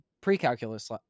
pre-calculus